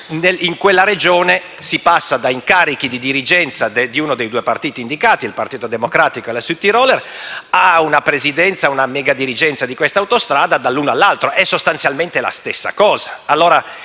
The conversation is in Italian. In quella Regione si passa da incarichi di dirigenza di uno dei due partiti indicati (il Partito Democratico e La Südtiroler Volkspartei) a una presidenza e una megadirigenza di quest'autostrada e dall'una all'altra. È sostanzialmente la stessa cosa.